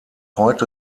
heute